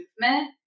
movement